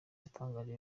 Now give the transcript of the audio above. yatangaje